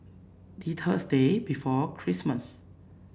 the Thursday before Christmas